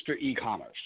E-commerce